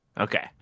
Okay